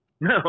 No